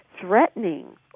Threatening